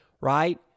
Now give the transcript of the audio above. right